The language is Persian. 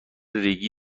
ریگی